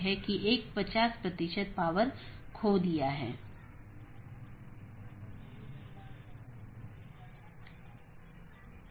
यह प्रत्येक सहकर्मी BGP EBGP साथियों में उपलब्ध होना चाहिए कि ये EBGP सहकर्मी आमतौर पर एक सीधे जुड़े हुए नेटवर्क को साझा करते हैं